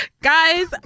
Guys